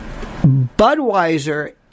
Budweiser